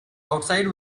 outside